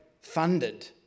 funded